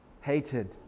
hated